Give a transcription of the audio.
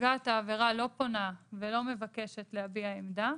נפגעת העבירה לא פונה ולא מבקשת להביע עמדה,